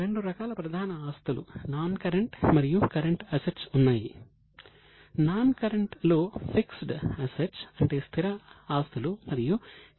రెండు రకాల ప్రధాన ఆస్తులు నాన్ కరెంట్ అంటే పెట్టుబడులు ఉన్నాయి